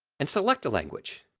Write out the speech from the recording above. and select a language.